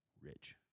rich